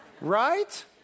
Right